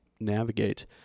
navigate